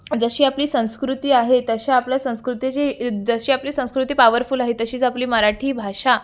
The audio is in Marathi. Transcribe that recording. जशी आपली संस्कृती आहे तशा आपल्या संस्कृतीची जशी आपली संस्कृती पावरफुल आहे तशीच आपली मराठी भाषा